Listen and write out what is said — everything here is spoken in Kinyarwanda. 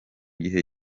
gihe